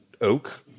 oak